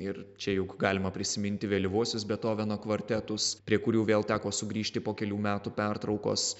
ir čia juk galima prisiminti vėlyvuosius bethoveno kvartetus prie kurių vėl teko sugrįžti po kelių metų pertraukos